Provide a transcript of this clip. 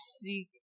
seek